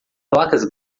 placas